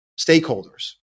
stakeholders